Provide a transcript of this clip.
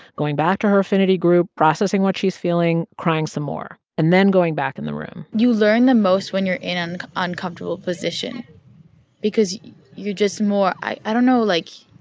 going back to her affinity group, processing what she's feeling, crying some more and then going back in the room v you learn the most when you're in an uncomfortable position because you're just more i don't know. like,